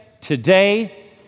today